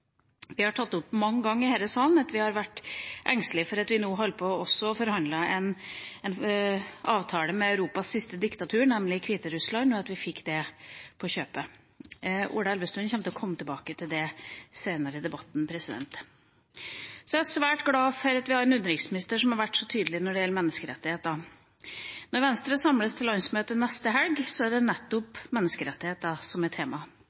Vi har mange ganger i denne salen tatt opp at vi har vært engstelige for at vi nå holder på å forhandle om en avtale med Europas siste diktatur, nemlig Hviterussland, og at vi fikk det på kjøpet. Ola Elvestuen kommer til å komme tilbake til det senere i debatten. Så er jeg svært glad for at vi har en utenriksminister som har vært så tydelig når det gjelder menneskerettigheter. Når Venstre samles til landsmøte neste helg, er det nettopp menneskerettigheter som